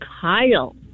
Kyle